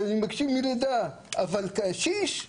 הם מבקשים מלידה, אבל קשיש,